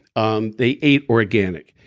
um they ate organic.